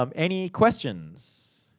um any questions?